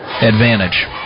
advantage